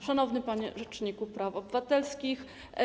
Szanowny Panie Rzeczniku Praw Obywatelskich!